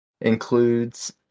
includes